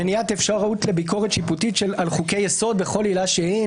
מניעת האפשרות לביקורת שיפוטית על חוקי יסוד בכל עילה שהיא.